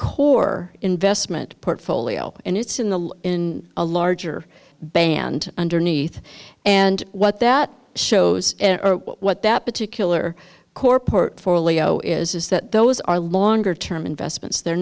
core investment portfolio and it's in the in a larger band underneath and what that shows what that particular core portfolio is is that those are longer term investments they're